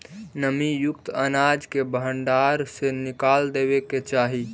नमीयुक्त अनाज के भण्डार से निकाल देवे के चाहि